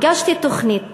הגשתי תוכנית